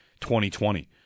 2020